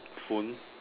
phone